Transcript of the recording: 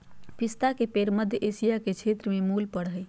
पिस्ता के पेड़ मध्य एशिया के क्षेत्र के मूल पेड़ हइ